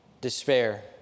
despair